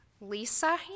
Lisa